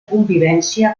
convivència